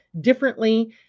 differently